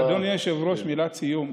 אדוני היושב-ראש, מילת סיום.